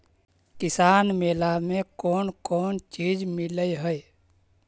किसान मेला मे कोन कोन चिज मिलै है?